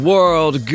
World